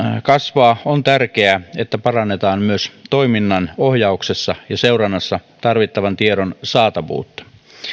kasvaa on tärkeää että parannetaan myös toiminnan ohjauksessa ja seurannassa tarvittavan tiedon saatavuutta